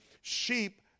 sheep